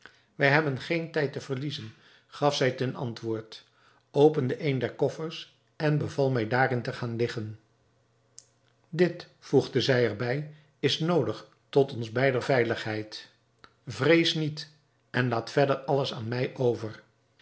wij hebben geen tijd te verliezen gaf zij ten antwoord opende een der koffers en beval mij daarin te gaan liggen dit voegde zij er bij is noodig tot ons beider veiligheid vrees niet en laat verder alles aan mij over